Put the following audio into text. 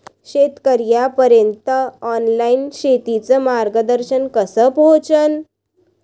शेतकर्याइपर्यंत ऑनलाईन शेतीचं मार्गदर्शन कस पोहोचन?